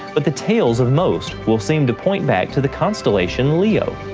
but the tails of most will seem to point back to the constellation leo.